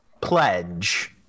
pledge